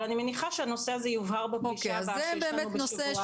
אבל אני מניחה שהנושא הזה יובהר בפגישה הבאה שיש לנו בשבוע הבא.